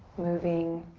moving